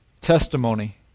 testimony